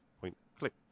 point-click